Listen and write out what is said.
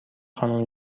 خانوم